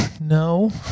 No